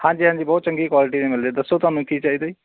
ਹਾਂਜੀ ਹਾਂਜੀ ਬਹੁਤ ਚੰਗੀ ਕੁਆਲਿਟੀ ਮਿਲਦੀ ਦੱਸੋ ਤੁਹਾਨੂੰ ਕੀ ਚਾਹੀਦਾ ਜੀ